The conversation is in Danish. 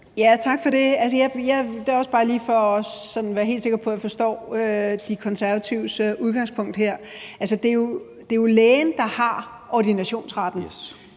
Tak for det. Det er også bare lige for sådan at være helt sikker på, at jeg forstår De Konservatives udgangspunkt her. Altså, det er jo lægen, der har ordinationsretten